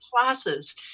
classes